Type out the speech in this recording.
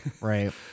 right